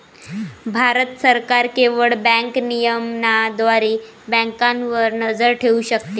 भारत सरकार केवळ बँक नियमनाद्वारे बँकांवर नजर ठेवू शकते